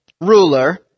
ruler